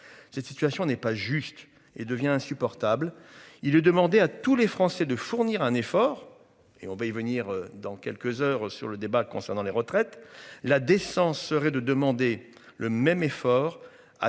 Cette situation n'est pas juste et devient insupportable. Il est demandé à tous les Français de fournir un effort et on va y venir dans quelques heures sur le débat concernant les retraites, la décence serait de demander le même effort à tous nos